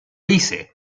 hice